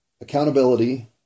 accountability